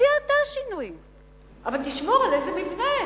תציע אתה שינוי, אבל תשמור על איזה מבנה.